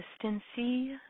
consistency